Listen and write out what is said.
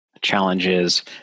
challenges